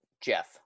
Jeff